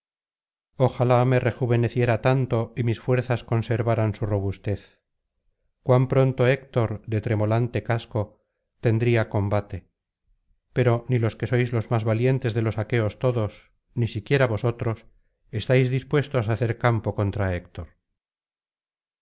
ojalá me rejuveneciera tanto y mis fuerzas conservaran su robustez cuan pronto héctor de tremolante casco tendría combate pero ni los que sois los más valientes de los aqueos todos ni siquiera vosotros estáis dispuestos á hacer campo contra héctor